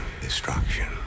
Destruction